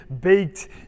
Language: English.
baked